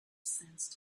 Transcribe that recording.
sensed